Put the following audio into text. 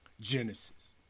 Genesis